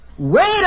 Wait